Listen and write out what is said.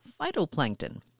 phytoplankton